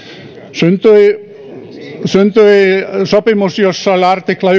syntyi syntyi sopimus jossa oli artikla